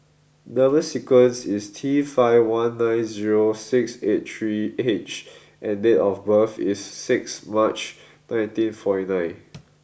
number sequence is T five one nine zero six eight three H and date of birth is six March nineteen forty nine